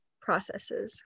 processes